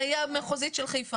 החדשות יהיו בוועדה המחוזית של חיפה.